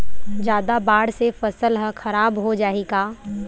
जादा बाढ़ से फसल ह खराब हो जाहि का?